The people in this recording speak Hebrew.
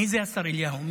מי זה השר אליהו?